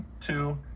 two